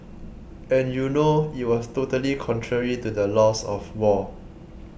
and you know it was totally contrary to the laws of war